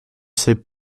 savais